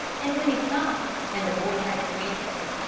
and when he stopped, and the boy had to answer,